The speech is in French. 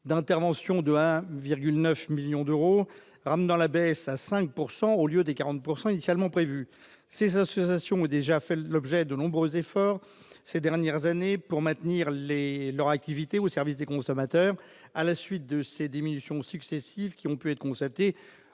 d'intervention de 1,9 millions d'euros, ramenant la baisse à 5 pourcent au lieu des 40 pourcent initialement prévus ces insultes stations ont déjà fait l'objet de nombreux efforts ces dernières années pour maintenir les leur activité au service des consommateurs à la suite de ces diminutions successives qui ont pu être constatées